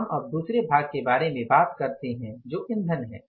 हम दूसरे भाग के बारे में बात करते हैं जो ईंधन है